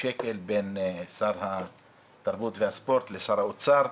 שקל בין שר התרבות והספורט לשר האוצר.